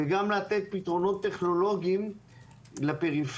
וגם לתת פתרונות טכנולוגיים לפריפריה.